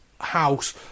house